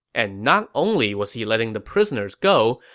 and not only was he letting the prisoners go,